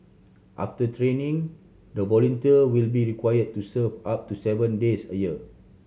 after training the volunteer will be required to serve up to seven days a year